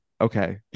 Okay